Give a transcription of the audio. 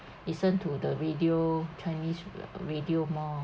listen to the radio chinese uh radio more